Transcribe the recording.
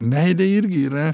meilė irgi yra